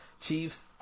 Chiefs